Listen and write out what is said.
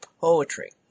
poetry